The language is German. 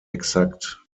exakt